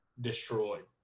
destroyed